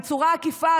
בצורה עקיפה,